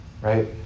right